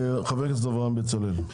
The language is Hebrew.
חבר הכנסת אברהם בצלאל.